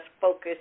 focus